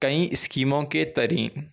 کئی اسکیموں کے ترین